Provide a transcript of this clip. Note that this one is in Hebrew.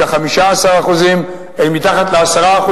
של כ-15% אל מתחת ל-10%,